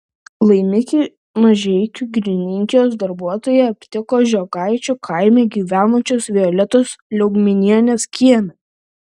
laimikį mažeikių girininkijos darbuotojai aptiko žiogaičių kaime gyvenančios violetos liaugminienės kieme